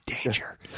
danger